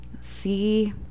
see